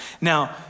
Now